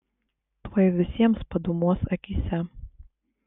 tuoj visiems padūmuos akyse